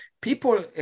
people